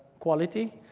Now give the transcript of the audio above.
quality.